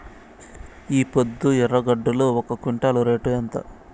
ఈపొద్దు ఎర్రగడ్డలు ఒక క్వింటాలు రేటు ఎంత?